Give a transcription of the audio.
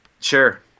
Sure